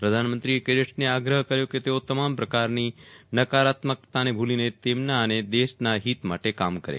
પ્રધાનમંત્રીએ કેડેટ્સને આગ્રહ કર્યો કે તેઓ તમામ પ્રકારની નકારાત્મકતાને ભૂલીને તેમના અને દેશના હિત માટે કામ કરે